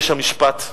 איש המשפט,